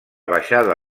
baixada